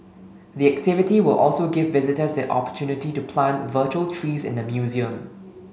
the activity will also give visitors the opportunity to plant virtual trees in the museum